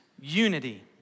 unity